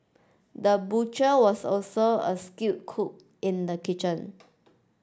the butcher was also a skilled cook in the kitchen